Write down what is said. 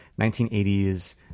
1980s